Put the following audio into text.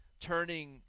turning